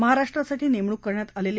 महाराष्ट्रासाठी नेमणूक करण्यात आलेले